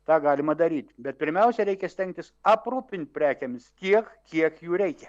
tą galima daryt bet pirmiausia reikia stengtis aprūpint prekėmis tiek kiek jų reikia